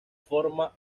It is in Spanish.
forma